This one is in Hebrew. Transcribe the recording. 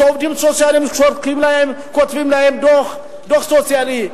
שעובדים סוציאליים כותבים עליהן דוח סוציאלי,